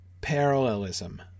parallelism